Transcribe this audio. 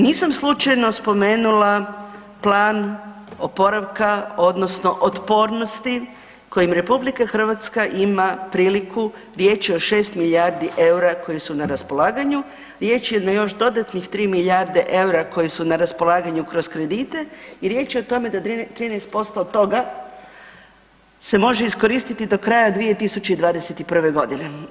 Nisam slučajno spomenula plan oporavka, odnosno otpornosti kojim Republika Hrvatska ima priliku, riječ je o 6 milijardi eura koje su na raspolaganju, riječ je na još dodatnih 3 milijarde eura koje su na raspolaganju kroz kredite i riječ je o tome da 13% toga se može iskoristiti do kraja 2021. godine.